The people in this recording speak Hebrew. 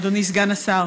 אדוני סגן השר,